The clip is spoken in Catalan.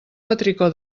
petricó